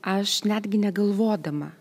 aš netgi negalvodama